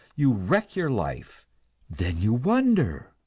you wreck your life then you wonder,